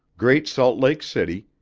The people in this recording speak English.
great salt lake city,